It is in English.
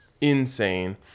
insane